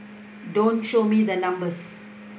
don't show me the numbers